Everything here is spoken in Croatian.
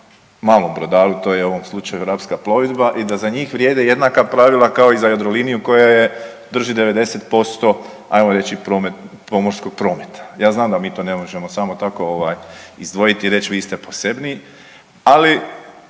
malom brodaru, to je u ovom slučaju Rapska plovidba i da za njih vrijede jednaka pravila kao i za Jadroliniju koja je, drži 90% ajmo reći pomorskog prometa. Ja znam da mi to ne možemo samo tako ovaj izdvojiti i reći vi ste posebniji, ali